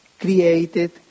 created